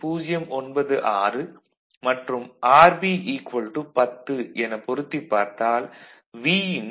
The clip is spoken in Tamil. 096 மற்றும் RB 10 என பொருத்திப் பார்த்தால் Vin 1